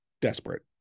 desperate